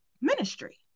ministry